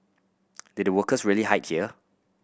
did workers really hide here